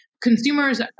Consumers